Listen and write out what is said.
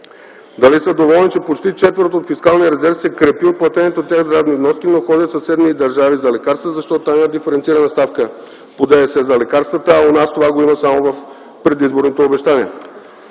Дали са доволни, че почти четвърт от фискалния резерв се крепи на платените от тях здравни вноски, но ходят в съседни държави за лекарства, защото там има диференцирана ставка по ДДС за лекарствата, а у нас това го има само в предизборните обещания?